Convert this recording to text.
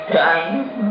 time